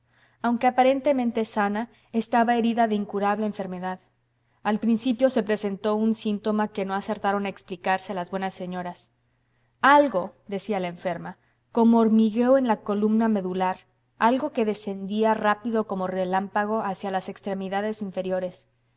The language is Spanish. aunque aparentemente sana estaba herida de incurable enfermedad al principio se presentó un síntoma que no acertaron a explicarse las buenas señoras algo decía la enferma como hormigueo en la columna medular algo que descendía rápido como relámpago hacia las extremidades inferiores